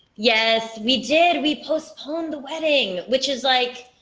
yes, we did. we postponed the wedding, which is, like,